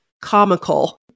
comical